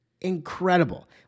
incredible